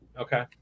okay